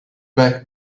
back